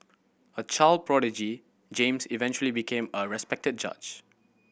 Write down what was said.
a child prodigy James eventually became a respected judge